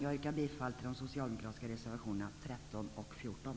Jag yrkar bifall till de socialdemokratiska reservationerna 13 och 14.